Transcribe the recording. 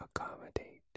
accommodate